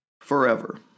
forever